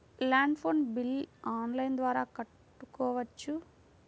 Land phone bill online ద్వారా కట్టుకోవచ్చు?